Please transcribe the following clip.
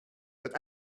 but